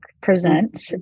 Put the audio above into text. present